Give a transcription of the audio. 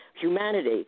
humanity